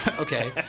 okay